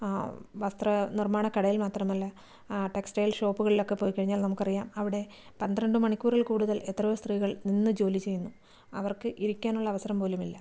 വസ്ത്ര നിർമ്മാണ കടയിൽ മാത്രമല്ല ടെക്സ്റ്റൈൽ ഷോപ്പുകളിലൊക്കെ പോയിക്കഴിഞ്ഞാൽ നമുക്കറിയാം അവടെ പന്ത്രണ്ട് മണിക്കൂറിൽ കൂടുതൽ എത്രയോ സ്ത്രീകൾ നിന്ന് ജോലി ചെയ്യുന്നു അവർക്ക് ഇരിക്കാനുള്ള അവസരം പോലും ഇല്ല